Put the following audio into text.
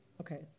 Okay